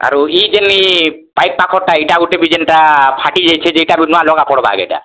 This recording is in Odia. ଆରୁ ଇ ଜେନି ପାଇପ୍ ପାଖଟା ଏଇଟା ଗୋଟେ ବି ଯେଣ୍ଟା ଫାଟିଯାଇଛି ଯେଟା ନୂଆ ଲଗା ପଡ଼୍ବା ଏଇଟା